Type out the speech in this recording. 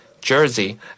jersey